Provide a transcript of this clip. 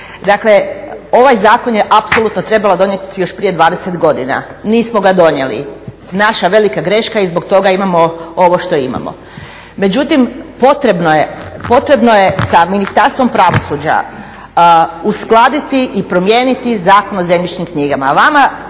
Dakle, ovaj zakon je apsolutno trebao donijeti još prije 20 godina, nismo ga donijeli, naša velika greška i zbog toga imamo ovo što imamo. Međutim, potrebno je sa Ministarstvom pravosuđa uskladiti i promijeniti Zakon o zemljišnim knjigama.